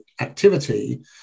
activity